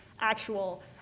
actual